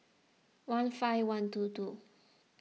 one five one two two